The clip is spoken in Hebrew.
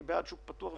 אני בעד שוק פתוח.